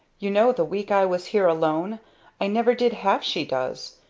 you know the week i was here alone i never did half she does.